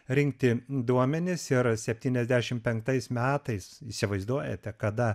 rinkti duomenis ir septyniasdešim penktais metais įsivaizduojate kada